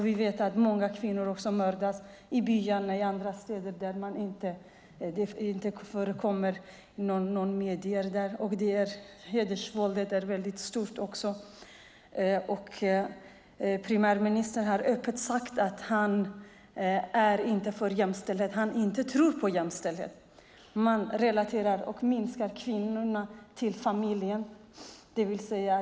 Vi vet att många kvinnor också mördas i byarna och i andra städer där det inte förekommer några medier. Hedersvåldet är också väldigt omfattande. Premiärministern har öppet sagt att han inte är för jämställdhet, att han inte tror på jämställdhet. Man minskar kvinnorna och relaterar dem till familjen.